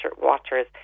watchers